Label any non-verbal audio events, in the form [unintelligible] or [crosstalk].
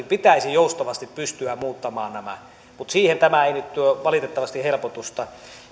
[unintelligible] pitäisi joustavasti pystyä muuttamaan nämä mutta siihen tämä ei nyt tuo valitettavasti helpotusta